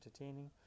entertaining